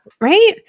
Right